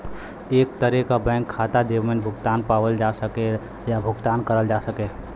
एक तरे क बैंक खाता जेमन भुगतान पावल जा सके या भुगतान करल जा सके